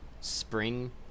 spring